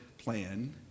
Plan